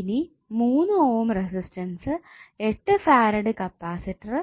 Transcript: ഇനി 3 ohm resistance 8 farad capacitor